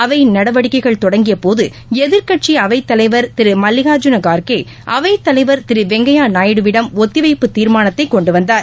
அவை நடவடிக்கைகள் தொடங்கியபோது எதிர்க்கட்சி அவைத் தலைவர் திரு மல்லிகார்ஜீன கார்க்கே அவைத் தலைவர் திரு வெங்கையா நாயுடுவிடம் ஒத்திவைப்பு தீர்மானத்தை கொண்டு வந்தார்